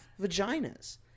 vaginas